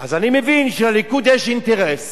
אז אני מבין שלליכוד יש אינטרס